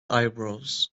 eyebrows